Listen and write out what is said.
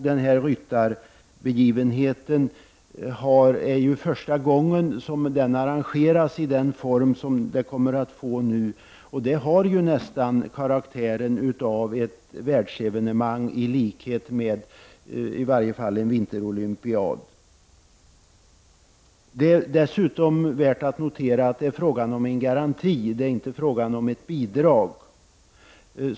Den här ryttarbegivenheten arrangeras nu för första gången i den form som den kommer att få. Den har nästan karaktären av ett världsevenemang, i likhet med i varje fall en vinterolympiad. Det är dessutom värt att notera att det är fråga om en garanti. Det är inte fråga om ett bidrag.